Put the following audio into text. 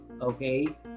okay